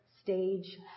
stage